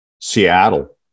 Seattle